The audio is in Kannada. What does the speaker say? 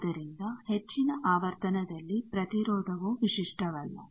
ಆದ್ದರಿಂದ ಹೆಚ್ಚಿನ ಆವರ್ತನದಲ್ಲಿ ಪ್ರತಿರೋಧವೂ ವಿಶಿಷ್ಟವಲ್ಲ